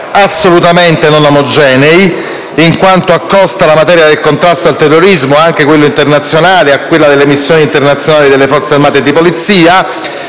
assolutamente non omogenei, in quanto accosta la materia del contrasto al terrorismo, anche quello internazionale, a quella delle missioni internazionali delle Forze armate e di polizia